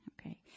okay